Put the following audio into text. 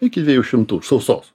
iki dviejų šimtų sausos